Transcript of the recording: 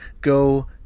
go